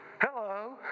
Hello